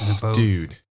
Dude